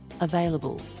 available